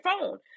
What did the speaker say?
phone